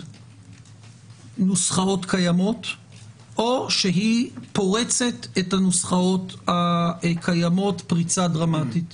נוסחאות קיימות או שהיא פורצת את הנוסחאות הקיימות פריצה דרמטית.